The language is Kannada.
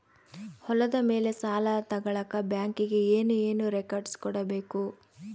ಹೊಲದ ಮೇಲೆ ಸಾಲ ತಗಳಕ ಬ್ಯಾಂಕಿಗೆ ಏನು ಏನು ರೆಕಾರ್ಡ್ಸ್ ಕೊಡಬೇಕು?